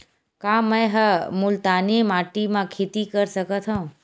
का मै ह मुल्तानी माटी म खेती कर सकथव?